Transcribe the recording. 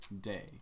day